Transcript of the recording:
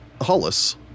Hollis